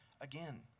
again